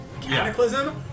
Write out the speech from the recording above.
cataclysm